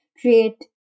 create